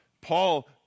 Paul